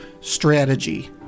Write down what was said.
strategy